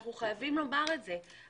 אנחנו חייבים לומר את זה.